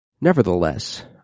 nevertheless